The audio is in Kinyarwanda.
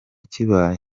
kibaye